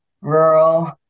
rural